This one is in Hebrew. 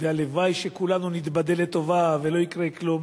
והלוואי שכולנו נתבדה לטובה ולא יקרה כלום,